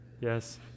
Yes